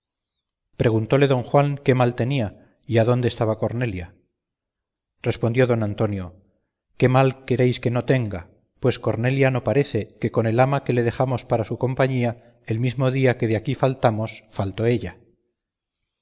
preguntóle don juan qué mal tenía y adónde estaba cornelia respondió don antonio qué mal queréis que no tenga pues cornelia no parece que con el ama que le dejamos para su compañía el mismo día que de aquí faltamos faltó ella